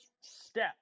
step